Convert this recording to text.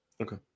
Okay